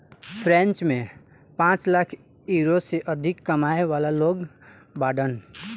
French में पांच lakh euro से अधिक कमाए वाला लोग बाड़न